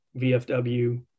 VFW